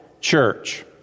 church